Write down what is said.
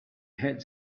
had